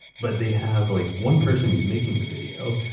but they have like one person who's making the video,